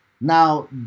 Now